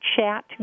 Chat